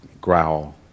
Growl